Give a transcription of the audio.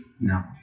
No